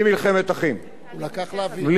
בלי לשסות ציבור בציבור.